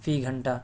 فی گھنٹہ